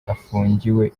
afungiwe